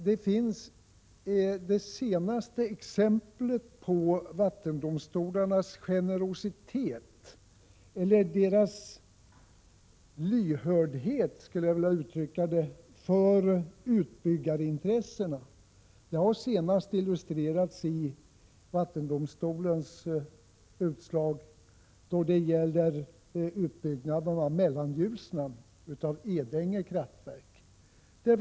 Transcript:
Det senaste exemplet på vattendomstolarnas lyhördhet för utbyggarintressena har senast illustrerats av vattendomstolens utslag då det gäller utbyggnaden av Edänge kraftverk i Mellanljusnan.